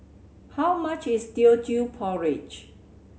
how much is Teochew Porridge